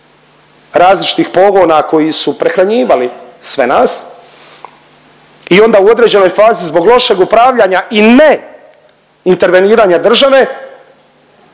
različitih pogona koji su prehranjivali sve nas i onda u određenoj fazi zbog lošeg upravljanja i ne interveniranja države